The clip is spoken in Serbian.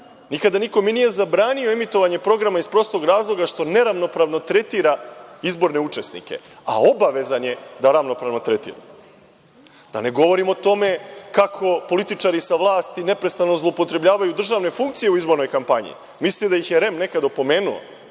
Nikada nikome nije zabranio emitovanje programa iz prostog razloga što neravnopravno tretira izborne učesnike, a obavezan je da ravnopravno tretira. Da ne govorim o tome kako političari sa vlasti neposredno zloupotrebljavaju državne funkcije u izbornoj kampanji. Mislite da ih je REM nekada opomenuo,